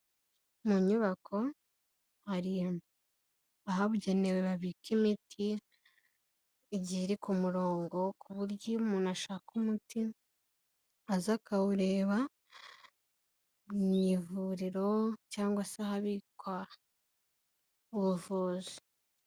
Mu nyubako hari ahabugenera babika imiti igihe iri ku murongo ku buryo iyo umuntu ashaka umuti aza akawureba mu ivuriro cyangwa se ahabikwa ubuvuzi.